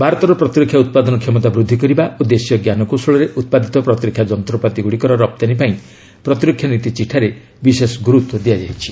ଭାରତର ପ୍ରତିରକ୍ଷା ଉତ୍ପାଦନ କ୍ଷମତା ବୃଦ୍ଧି କରିବା ଓ ଦେଶୀୟ ଜ୍ଞାନକୌଶଳରେ ଉତ୍ପାଦିତ ପ୍ରତିରକ୍ଷା ଯନ୍ତ୍ରପାତି ଗୁଡ଼ିକର ରପ୍ତାନୀ ପାଇଁ ପ୍ରତିରକ୍ଷା ନୀତି ଚିଠାରେ ବିଶେଷ ଗୁରୁତ୍ୱ ଦିଆଯାଇଛି